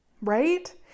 right